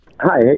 Hi